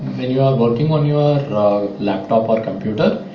when you are working on your laptop or computer,